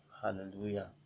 Hallelujah